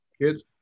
kids